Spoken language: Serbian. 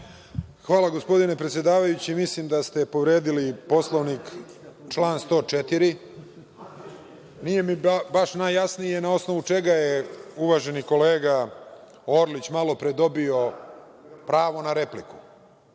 Hvala, gospodine predsedavajući. Mislim da ste povredili Poslovnik, član 104. Nije mi baš najjasnije na osnovu čega je uvaženi kolega Orlić malopre dobio pravo na repliku.